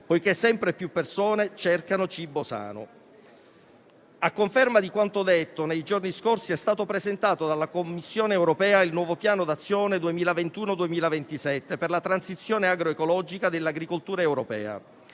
poiché sempre più persone cercano cibo sano. A conferma di quanto detto, nei giorni scorsi è stato presentato dalla Commissione europea il nuovo Piano d'azione 2021-2027 per la transizione agroecologica dell'agricoltura europea.